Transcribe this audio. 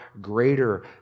greater